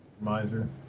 Miser